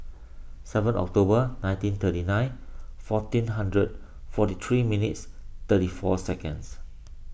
seven October nineteen thirty nine fourteen hundred forty three minutes thirty four seconds